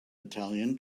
italian